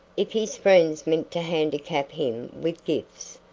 if his friends meant to handicap him with gifts,